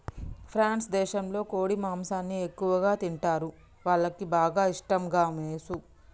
France దేశంలో కోడి మాంసాన్ని ఎక్కువగా తింటరు, వాళ్లకి బాగా ఇష్టం గామోసు